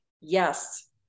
yes